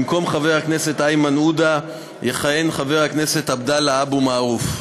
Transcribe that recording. במקום חבר הכנסת איימן עודה יכהן חבר הכנסת עבדאללה אבו מערוף,